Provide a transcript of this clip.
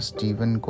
Stephen